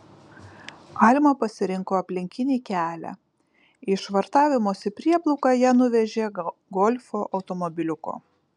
alma pasirinko aplinkinį kelią į švartavimosi prieplauką ją nuvežė golfo automobiliuku